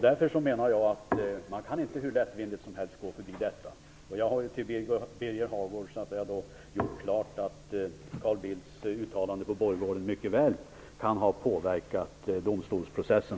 Därför menar jag att man inte kan gå förbi detta hur lättvindigt som helst. Jag har för Birger Hagård gjort klart att Carl Bildts uttalande på borggården mycket väl kan ha påverkat domstolsprocessen.